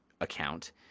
account